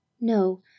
No